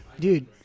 Dude